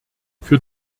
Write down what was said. für